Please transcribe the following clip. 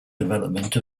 development